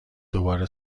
دوباره